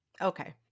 Okay